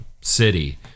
city